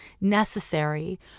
necessary